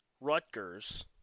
Rutgers